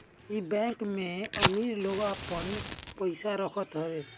इ बैंक में अमीर लोग आपन पईसा रखत हवे